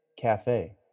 Cafe